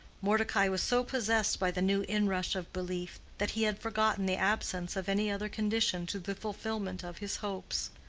mordecai was so possessed by the new inrush of belief, that he had forgotten the absence of any other condition to the fulfillment of his hopes.